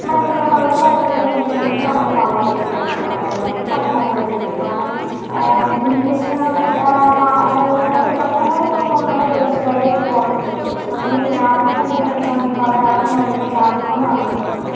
നമ്മളെന്തെങ്കിലും ബൾക്കായിട്ടൊക്കെ മേടിക്കണമെങ്കിലും നമ്മൾ ടൗണിൽ തന്നെയാണ് പോണത് അതായത് നമുക്ക് പട്ടണങ്ങളിലേക്ക് പോകും കാരണം എന്ന് വച്ചിട്ടുണ്ടെങ്കിൾ നമുക്ക് അതായത് നമുക്ക് പട്ടണങ്ങളിലേക്കൊക്കെ പോകുകയാണെങ്കിൽ നമുക്ക് കുറച്ച് വിലയൊക്കെ കുറഞ്ഞ് കിട്ടും പക്ഷെ നമ്മളിപ്പോൾ ഗ്രാമത്തിൽനിന്ന് എന്തെങ്കിലും മേടിക്കുകയാണെങ്കിൽ ഇപ്പോൾ അവര് അവിടുന്ന് കൊണ്ട് വരുന്ന ചാർജും കൂടെ നമ്മളുടെ അടുത്ത് നിന്ന് മേടിക്കും